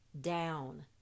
down